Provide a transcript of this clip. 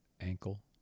ankle